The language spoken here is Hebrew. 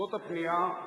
זאת הפנייה,